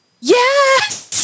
Yes